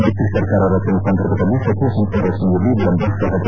ಮೈತ್ರಿ ಸರ್ಕಾರ ರಚನೆ ಸಂದರ್ಭದಲ್ಲಿ ಸಚಿವ ಸಂಪುಟ ರಚನೆಯಲ್ಲಿ ವಿಳಂಬ ಸಹಜ